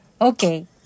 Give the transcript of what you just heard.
Okay